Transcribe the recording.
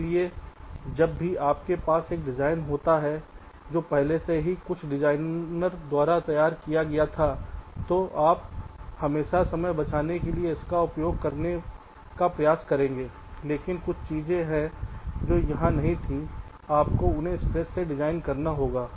इसलिए जब भी आपके पास एक डिज़ाइन होता है जो पहले से ही कुछ डिजाइनर द्वारा तैयार किया गया था तो आप हमेशा समय बचाने के लिए इसका पुन उपयोग करने का प्रयास करेंगे लेकिन कुछ चीजें हैं जो वहां नहीं थीं आपको इन्हें स्क्रैच से डिजाइन करना होगा